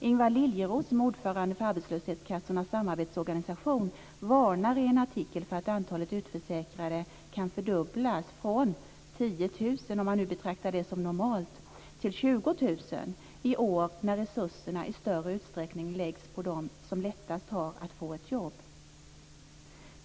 Ingvar Liljeros, som är ordförande för Arbetslöshetskassornas samarbetsorganisation, varnar i en artikel för att antalet utförsäkrade kan fördubblas från 10 000 - om man nu betraktar det som normalt - till 20 000 i år när resurserna i större utsträckning läggs på dem som lättast har att få ett jobb.